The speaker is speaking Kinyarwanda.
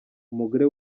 umugore